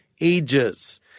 ages